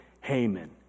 haman